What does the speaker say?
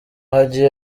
hagiye